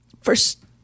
First